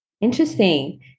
Interesting